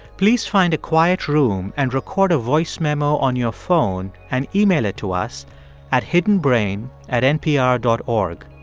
please find a quiet room and record a voice memo on your phone and email it to us at hiddenbrain at npr dot ah o